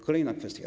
Kolejna kwestia.